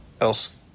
else